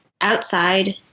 Outside